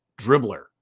dribbler